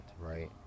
right